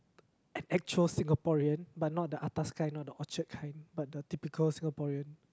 actual Singaporean but not the atas kind not the Orchard kind but the typical Singaporean